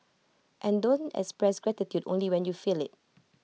and don't express gratitude only when you feel IT